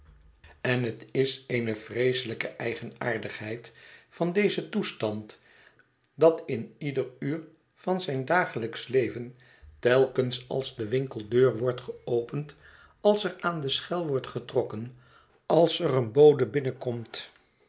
en het is eene vreeselijke eigenaardigheid van dezen toestand dat in ieder uur van zijn dagelijksch leven telkens als de winkeldeur wordt geopend als er aan de schel wordt getrokken als er een bode binnenkomt